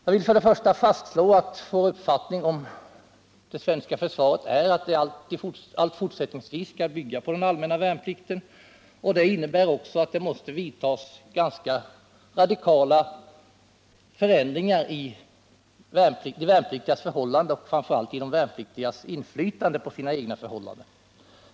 Jag vill inledningsvis fastslå att vår uppfattning om det svenska försvaret är att det även fortsättningsvis skall bygga på den allmänna värnplikten. Det innebär att det måste vidtas ganska radikala förändringar i de värnpliktigas förhållanden och, framför allt, i de värnpliktigas inflytande på sina egna förhållanden.